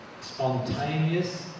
spontaneous